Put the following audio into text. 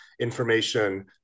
information